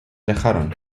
alejaron